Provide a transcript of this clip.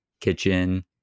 kitchen